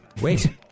Wait